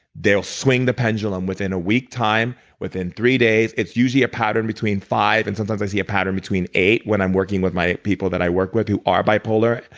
they'll swing the pendulum within a week time, within three days. it's usually a pattern between five and sometimes i see a pattern between eight when i'm working my people that i work with who are bipolar,